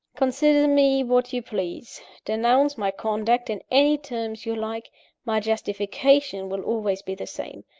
consider me what you please denounce my conduct in any terms you like my justification will always be the same.